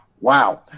Wow